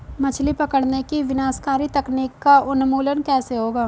मछली पकड़ने की विनाशकारी तकनीक का उन्मूलन कैसे होगा?